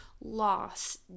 loss